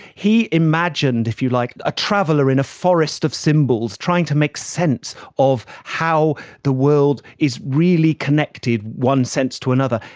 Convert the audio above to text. he imagined, if you like, a traveller in a forest of symbols trying to make sense of how the world is really connected, one sense to another.